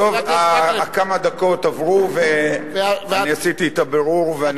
כמה הדקות עברו, ואני עשיתי את הבירור.